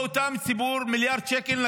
נגיד מיליארד שקל,